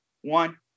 one